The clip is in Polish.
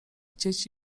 chcieć